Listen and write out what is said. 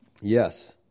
Yes